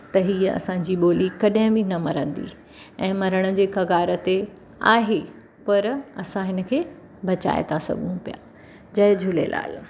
त हीअ असांजी ॿोली कॾहिं बि न मरिंदी ऐं मरण जे कगार ते आहे पर असां हिन खे बचाए था सघूं पिया जय झूलेलाल